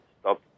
stop